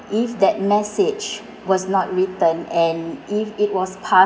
if that message was not written and if it was